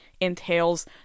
entails